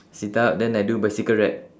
sit-up then I do bicycle rep